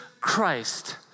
Christ